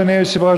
אדוני היושב-ראש,